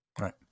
Right